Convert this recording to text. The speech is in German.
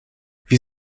wir